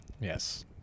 yes